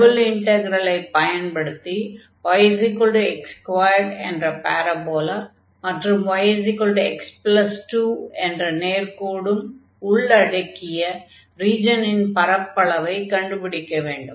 double இன்டக்ரலை பயன்படுத்தி yx2 என்ற பாரபோலா மற்றும் yx2 என்ற நேர்க்கோடும் உள்ளடக்கிய ரீஜனின் பரப்பளவைக் கண்டுபிடிக்க வேண்டும்